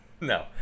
No